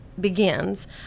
begins